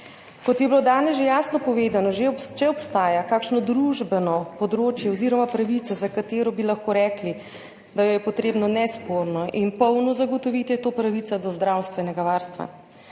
Kot je bilo danes že jasno povedano, če obstaja kakšno družbeno področje oziroma pravica, za katero bi lahko rekli, da jo je potrebno nesporno in polno zagotoviti, je to pravica do zdravstvenega varstva.